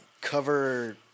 cover